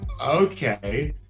okay